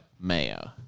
mayo